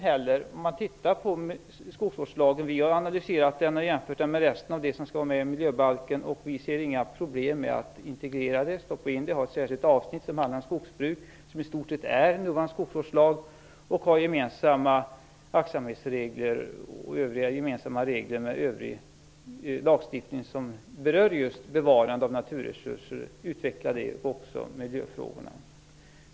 Vi har analyserat skogsvårdslagen och jämfört den med det övriga som skall vara med i miljöbalken, och vi ser inga problem med att integrera den. Man skulle kunna ha ett särskilt avsnitt som handlar om skogsbruk som i stort sett är vår nuvarande skogsvårdslag. Det skulle innebära att man har gemensamma aktsamhetsregler och gemensamma regler med övrig lagstiftning som berör just bevarande av naturresurser. Man skulle kunna utveckla detta tillsammans med miljöfrågorna.